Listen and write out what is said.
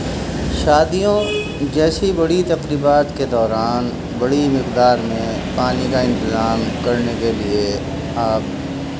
شادیوں جیسی بڑی تقریبات کے دوران بڑی مقدار میں پانی کا انتظام کرنے کے لیے آپ